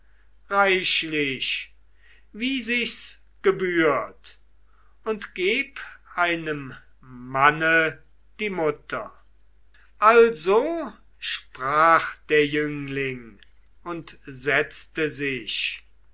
reichlich wie sich's gebührt und geb einem manne die mutter also sprach der jüngling und setzte sich